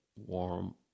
Warm